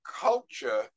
culture